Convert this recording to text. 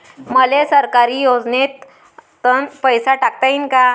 मले सरकारी योजतेन पैसा टाकता येईन काय?